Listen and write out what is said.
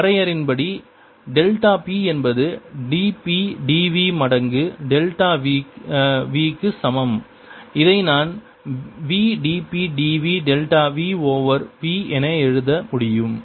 வரையறையின்படி delta p என்பது dp dv மடங்கு டெல்டா v க்கு சமம் இதை நான் v dp dv delta v over v என எழுத முடியும்